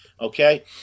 Okay